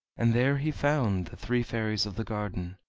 and there he found the three fairies of the garden.